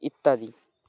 ইত্যাদি